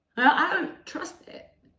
ah um trust it.